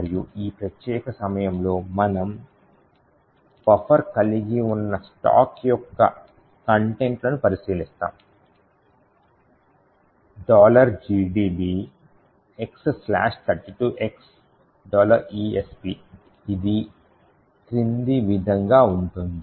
మరియు ఈ ప్రత్యేక సమయంలో మనము buffer కలిగి ఉన్న స్టాక్ యొక్క కంటెంట్ లను పరిశీలిస్తాము gdb x 32x esp ఇది క్రింది విధంగా ఉంటుంది